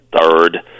third